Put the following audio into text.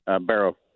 Barrow